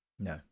No